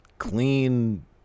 clean